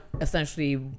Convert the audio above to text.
essentially